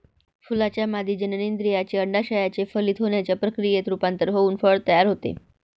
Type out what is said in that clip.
फुलाच्या मादी जननेंद्रियाचे, अंडाशयाचे फलित होण्याच्या प्रक्रियेत रूपांतर होऊन फळ तयार होते